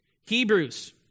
Hebrews